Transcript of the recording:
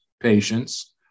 patients